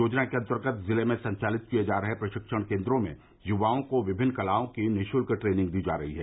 योजना के अन्तर्गत जिले में संचालित किये जा रहे प्रशिक्षण केन्द्रों में युवाओं को विभिन्न कलाओं की निःशुल्क ट्रेनिंग दी जा रही है